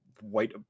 white